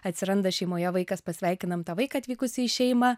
atsiranda šeimoje vaikas pasveikinam tą vaiką atvykusį į šeimą